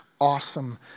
awesome